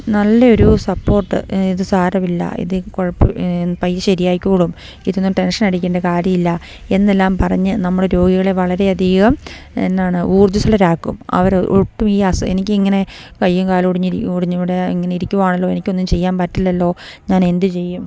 നല്ലൊരു സപ്പോർട്ട് ഇത് സാരമില്ല പയ്യെ ശരിയായിക്കോളും ഇതൊന്നും ടെൻഷന് അടിക്കേണ്ട കാര്യമില്ല എന്നെല്ലാം പറഞ്ഞ് നമ്മള് രോഗികളെ വളരെയധികം എന്താണ് ഊർജ്ജസ്വലരാക്കും അവരൊട്ടും ഈ എനിക്കിങ്ങനെ കയ്യും കാലും ഒടിഞ്ഞിവിടെ ഇങ്ങനെ ഇരിക്കുകയാണല്ലോ എനിക്കൊന്നും ചെയ്യാൻ പറ്റില്ലല്ലോ ഞാനെന്ത് ചെയ്യും